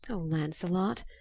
lancelot,